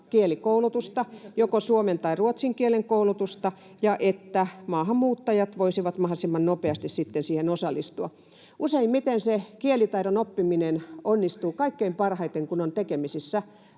kielikoulutusta, joko suomen tai ruotsin kielen koulutusta, ja että maahanmuuttajat voisivat mahdollisimman nopeasti sitten siihen osallistua. Useimmiten se kielitaidon oppiminen onnistuu kaikkein parhaiten, kun on tekemisissä